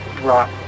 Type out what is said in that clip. rock